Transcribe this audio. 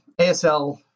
ASL